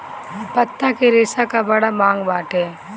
पत्ता के रेशा कअ बड़ा मांग बाटे